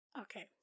Okay